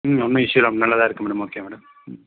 ம் ஒன்னும் இஸ்ஸு இல்லை நல்லாதான் இருக்குது மேடம் ஓகே மேடம்